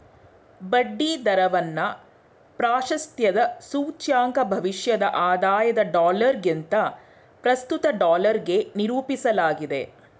ಬಡ್ಡಿ ದರವನ್ನ ಪ್ರಾಶಸ್ತ್ಯದ ಸೂಚ್ಯಂಕ ಭವಿಷ್ಯದ ಆದಾಯದ ಡಾಲರ್ಗಿಂತ ಪ್ರಸ್ತುತ ಡಾಲರ್ಗೆ ನಿರೂಪಿಸಲಾಗಿದೆ